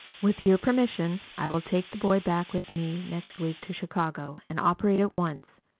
with your permission i will take the boy back with me next week to chicago, and operate at once.